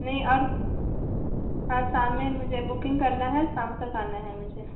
नहीं और हाँ सामने मुझे बुकिन्ग करना है शाम तक आना है मुझे